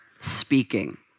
speaking